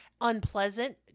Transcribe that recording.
Unpleasant